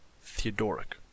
Theodoric